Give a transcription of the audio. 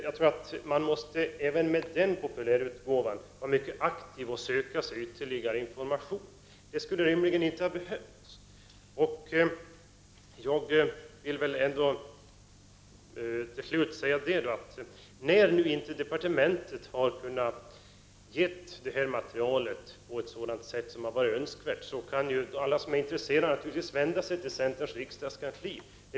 Jag tror att man även med populärutgåvan maste vara aktiv och söka sig ytterligare information, vilket egentligen inte skulle ha behövts. När nu departementet inte har kunnat ge ut materialet på ett sätt som hade varit önskvärt. kan jag säga att alla som är intresserade naturligtvis kan vända sig till centerns riksdagskansli.